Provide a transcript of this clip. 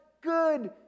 good